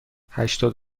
هشتاد